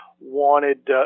Wanted